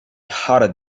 hotter